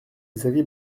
xavier